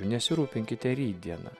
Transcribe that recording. nesirūpinkite rytdiena